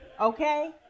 Okay